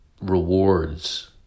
rewards